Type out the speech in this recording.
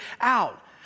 out